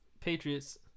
Patriots